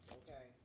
okay